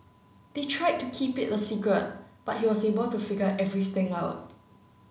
they tried to keep it a secret but he was able to figure everything out